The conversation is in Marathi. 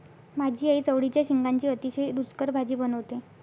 माझी आई चवळीच्या शेंगांची अतिशय रुचकर भाजी बनवते